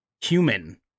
human